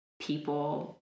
people